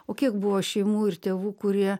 o kiek buvo šeimų ir tėvų kurie